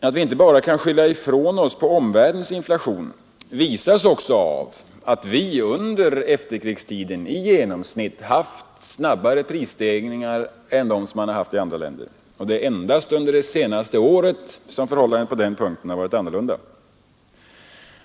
Att vi inte bara kan skylla ifrån oss på Torsdagen den omvärldens inflation visas också av att vi under efterkrigstiden i 6 december 1973 genomsnitt haft snabbare prisstegringar än andra länder. Det är endast under det senaste halvåret som förhållandena på den punkten har varit annorlunda.